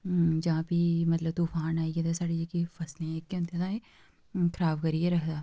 जां फ्ही मतलब तुफान आई गेआ साढ़ी जेह्की फसलें ई जेह्कियां होंदियां न खराब करियै रखदा